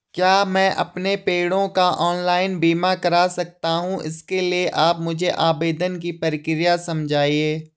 क्या मैं अपने पेड़ों का ऑनलाइन बीमा करा सकता हूँ इसके लिए आप मुझे आवेदन की प्रक्रिया समझाइए?